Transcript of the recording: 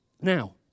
Now